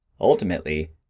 Ultimately